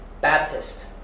Baptist